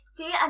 See